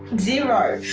zero!